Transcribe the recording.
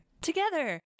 Together